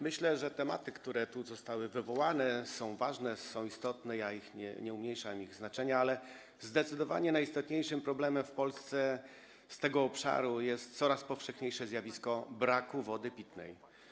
Myślę, że tematy, które tu zostały wywołane, są ważne, istotne, nie umniejszam ich znaczenia, ale zdecydowanie najistotniejszym problemem w Polsce w tym obszarze jest coraz powszechniejsze zjawisko braku wody pitnej.